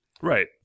Right